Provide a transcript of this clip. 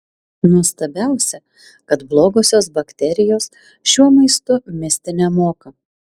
nuostabiausia kad blogosios bakterijos šiuo maistu misti nemoka